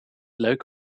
leuk